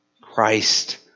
Christ